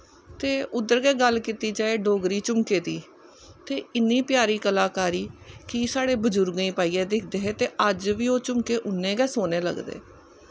ते उद्धर गै गल्ल कीती जाए डोगरी झुमके दी ते इन्नी प्यारी कलाकारी की साढ़े बजुर्गें गी पाईयै दिखदे हे ते अज्ज बी ओह् झुमके उन्नें गै सोह्ने लगदे